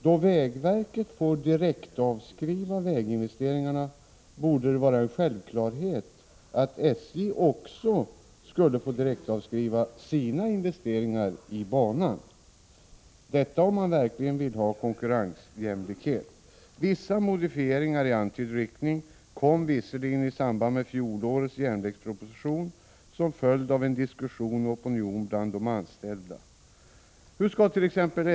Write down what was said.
Då vägverket får direktavskriva väginvesteringarna borde det vara en självklarhet att SJ också skulle få direktavskriva sina investeringar i banan — om man verkligen vill ha konkurrensjämlikhet. Vissa modifieringar i antydd riktning gjordes i samband med fjolårets järnvägsproposition som följd av en diskussion och opinion bland de anställda. Hur skallt.ex.